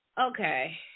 okay